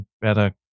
better